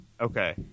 Okay